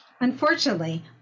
Unfortunately